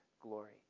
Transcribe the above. glory